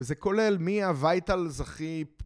וזה כולל מי הוויטלז הכי...